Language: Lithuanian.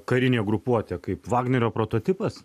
karinė grupuotė kaip vagnerio prototipas